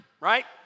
right